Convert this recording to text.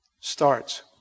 starts